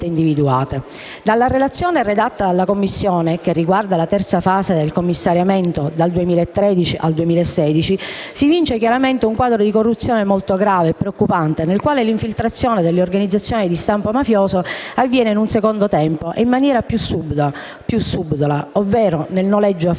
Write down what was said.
Dalla relazione redatta dalla Commissione, che riguarda la terza fase del commissariamento, dal 2013 al 2016, si evince chiaramente un quadro di corruzione molto grave e preoccupante, nel quale l'infiltrazione delle organizzazioni di stampo mafioso avviene in un secondo tempo e in maniera più subdola, ovvero nel noleggio a freddo,